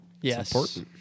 Yes